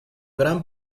gran